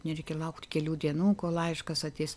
nereikia laukt kelių dienų kol laiškas ateis